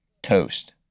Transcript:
toast